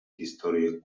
historię